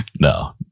No